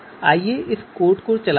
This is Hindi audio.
आइए इस कोड को चलाते हैं